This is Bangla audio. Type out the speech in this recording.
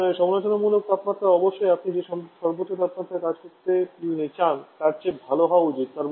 এখন সমালোচনামূলক তাপমাত্রা অবশ্যই আপনি যে সর্বোচ্চ তাপমাত্রায় কাজ করতে চান তার চেয়ে ভাল হওয়া উচিত